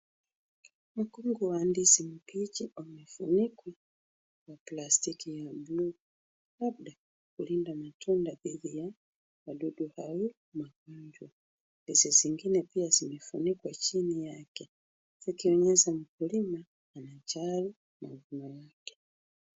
Mgongo wa andizi mbicha wa umefunikwa na plastiki ya bluu kabla kulinda matunda dhidi ya wadudu au magonjwa. Kesi zingine pia zimefunikwa chini yake, zikionyesha mkulima ana jali mavuno yake.